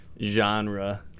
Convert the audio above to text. genre